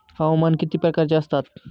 हवामान किती प्रकारचे असतात?